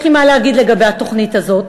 יש לי מה להגיד לגבי התוכנית הזו.